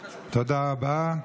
תודה רבה.